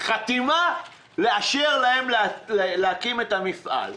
חתימה לאשר להם להקים את המפעל.